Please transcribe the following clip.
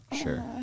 Sure